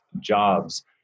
jobs